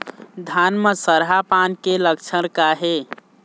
धान म सरहा पान के लक्षण का हे?